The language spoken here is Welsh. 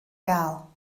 gael